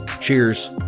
Cheers